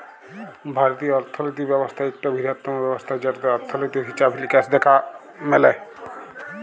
ভারতীয় অথ্থলিতি ব্যবস্থা ইকট বিরহত্তম ব্যবস্থা যেটতে অথ্থলিতির হিছাব লিকাস দ্যাখা ম্যালে